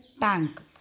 tank